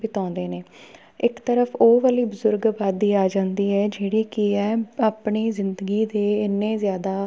ਬਿਤਾਉਂਦੇ ਨੇ ਇੱਕ ਤਰਫ਼ ਉਹ ਵਾਲੀ ਬਜ਼ੁਰਗ ਅਬਾਦੀ ਆ ਜਾਂਦੀ ਹੈ ਜਿਹੜੀ ਕਿ ਹੈ ਆਪਣੀ ਜ਼ਿੰਦਗੀ ਦੇ ਇੰਨੇ ਜ਼ਿਆਦਾ